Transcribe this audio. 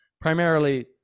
primarily